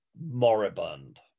moribund